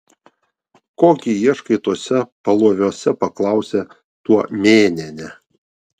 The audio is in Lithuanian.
ko gi ieškai tuose paloviuose paklausė tuomėnienė